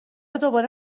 دوباره